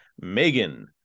Megan